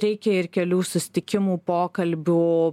reikia ir kelių susitikimų pokalbių